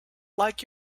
like